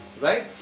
Right